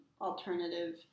alternative